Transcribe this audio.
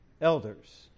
elders